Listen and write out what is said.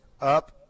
up